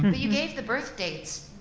you gave the birth dates.